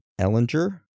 Ellinger